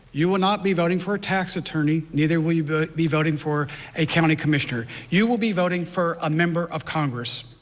you will not be voting for a tax attorney. neither will you be voting for a county commissioner. you will be voting for a member of congress.